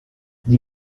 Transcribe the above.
die